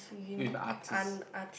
artist